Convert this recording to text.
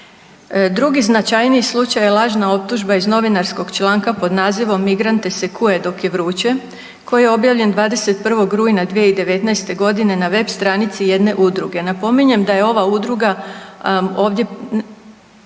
Drugi značajniji slučaj lažna optužba iz novinarskog članka pod nazivom Migrante se kuje dok je vruće, koji je objavljen 21. rujna 2019. godine na web stranici jedne udruge, napominjem da je ova udruga ovdje